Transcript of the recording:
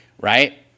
right